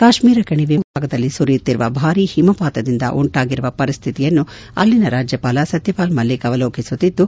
ಕಾಶ್ಮೀರ ಕಣಿವೆ ಮತ್ತು ಜಮ್ಮ ವಿಭಾಗದಲ್ಲಿ ಸುರಿಯುತ್ತಿರುವ ಭಾರಿ ಹಿಮಪಾತದಿಂದ ಉಂಟಾಗಿರುವ ಪರಿಸ್ತಿತಿಯನ್ನು ಅಲ್ಲಿನ ರಾಜ್ಯಪಾಲ ಸತ್ತಪಾಲ್ ಮಲ್ಲಿಕ್ ಅವಲೋಕಿಸುತ್ತಿದ್ದು